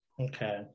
Okay